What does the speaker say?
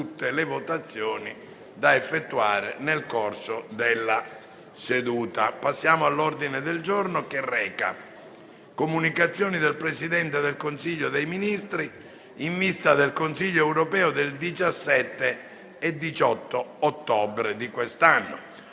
finestra"). L'ordine del giorno reca: «Comunicazioni del Presidente del Consiglio dei ministri in vista del Consiglio europeo del 17 e 18 ottobre 2024 e